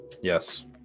yes